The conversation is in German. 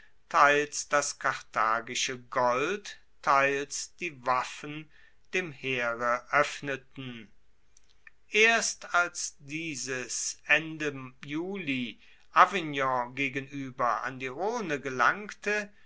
teils das karthagische gold teils die waffen dem heere oeffneten erst als dieses ende juli avignon gegenueber an die rhone gelangte